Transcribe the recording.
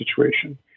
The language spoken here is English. situation